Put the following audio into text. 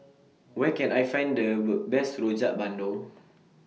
Where Can I Find The Best Rojak Bandung